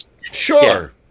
Sure